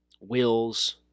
Wills